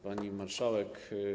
Pani Marszałek!